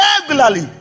regularly